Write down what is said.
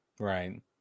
Right